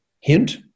hint